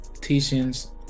teachings